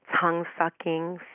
tongue-sucking